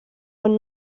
buen